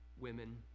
Women